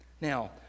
Now